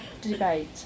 debate